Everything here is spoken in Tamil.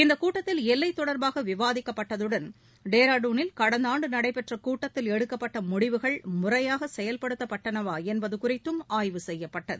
இந்தக் கூட்டத்தில் எல்லை தொடர்பாக விவாதிக்கப்பட்டதுடன் டேராடுனில் கடந்த ஆண்டு நடைபெற்ற கூட்டத்தில் எடுக்கப்பட்ட முடிவுகள் முறையாக செயல்படுத்தப்பட்டனவா என்பது குறித்தும் ஆய்வு செய்யப்பட்டது